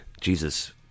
Jesus